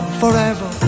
forever